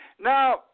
Now